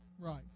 right